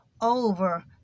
over